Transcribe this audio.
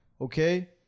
Okay